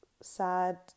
sad